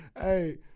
Hey